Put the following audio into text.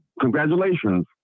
congratulations